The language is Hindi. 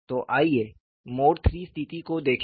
तो आइए मोड III स्थिति को देखें